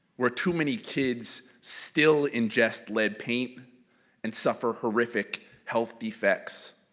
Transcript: where too many kids still ingest lead paint and suffer horrific health defects.